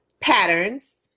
Patterns